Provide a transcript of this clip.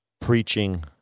preaching